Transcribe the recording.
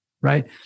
right